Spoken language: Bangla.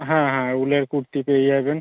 হ্যাঁ হ্যাঁ উলের কুর্তি পেয়ে যাবেন